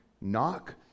Knock